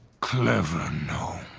clever gnome.